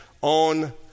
on